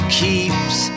keeps